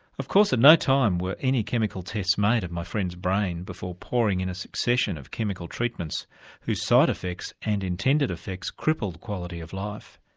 of course at no time were any chemical tests made of my friend's brain before pouring in a succession of chemical treatments whose side effects and intended effects crippled quality of life.